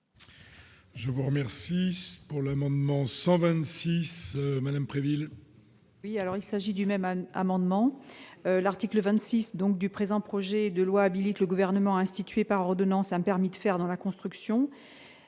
Je vous remercie pour l'amendement 126 madame Préville.